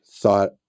thought